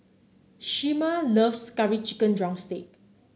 Shemar loves Curry Chicken drumstick